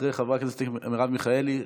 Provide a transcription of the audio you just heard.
אחרי חברת הכנסת מרב מיכאלי,